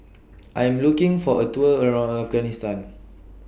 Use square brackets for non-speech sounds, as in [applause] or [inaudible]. [noise] I Am looking For A Tour around Afghanistan